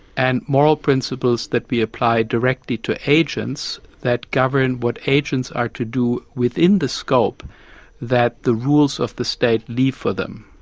and moral principles that we apply directly to agents that govern what agents are to do within the scope that the rules of the state leave for them.